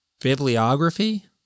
bibliography